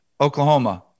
oklahoma